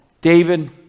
David